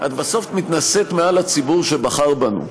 את בסוף מתנשאת מעל לציבור שבחר בנו,